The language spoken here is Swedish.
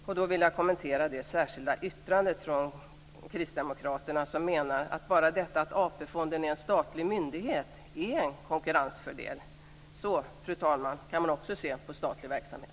Kristdemokraterna säger i det särskilda yttrandet att bara det faktum att AP-fonden är en statlig myndighet är en konkurrensfördel. Fru talman! Så kan man också se på statlig verksamhet.